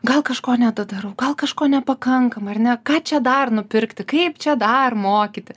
gal kažko nedadarau gal kažko nepakankamai ar ne ką čia dar nupirkti kaip čia dar mokyti